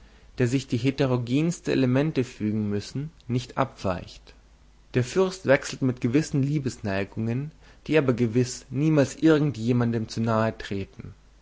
der sich die heterogensten elemente fügen müssen nicht abweicht der fürst wechselt mit gewissen lieblingsneigungen die aber gewiß niemals irgend jemandem zu nahe treten